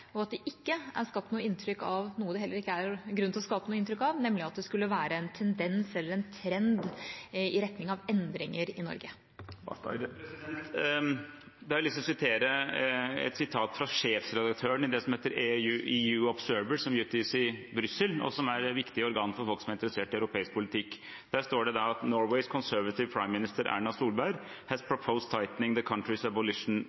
og at det ikke er skapt noe inntrykk av – noe det heller ikke er grunn til å skape noe inntrykk av – at det skulle være en tendens, eller en trend, i retning av endringer i Norge. Da har jeg lyst til å sitere sjefredaktøren i det som heter EUobserver, som utgis i Brussel, og som er et viktig organ for folk som er interessert i europeisk politikk. Der står det: «Norway’s conservative prime minister, Erna Solberg, has